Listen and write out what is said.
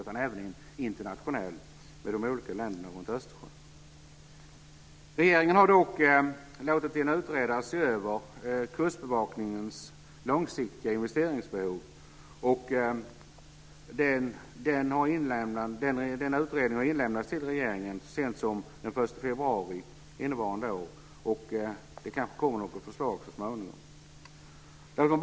Man måste även ha en internationell samordning med de olika länderna runt Östersjön. Regeringen har låtit en utredare se över Kustbevakningens långsiktiga investeringsbehov, och den utredningen har inlämnats till regeringen så sent som den 1 februari innevarande år. Det kanske kommer förslag så småningom.